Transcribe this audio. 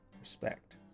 respect